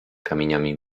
kamieniami